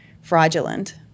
fraudulent